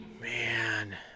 man